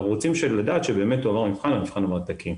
אנחנו רוצים לדעת שהוא עבר מבחן ושהמבחן תקין.